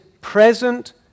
present